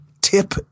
tip